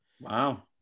Wow